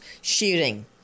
shooting